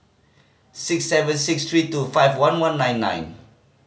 six seven six three two five one one nine nine